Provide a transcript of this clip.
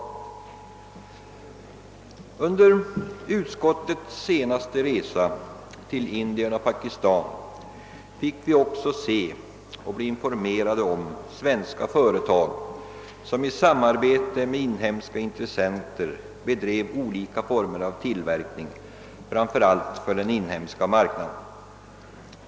Under första avdelningens resa till Indien och Pakistan fick vi också se och bli informerade om svenska företag som i samarbete med inhemska intressenter bedrev olika former av tillverkning, framför allt för den inhemska marknaden.